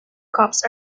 cups